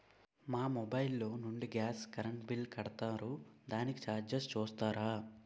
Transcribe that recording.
మా మొబైల్ లో నుండి గాస్, కరెన్ బిల్ కడతారు దానికి చార్జెస్ చూస్తారా?